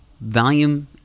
volume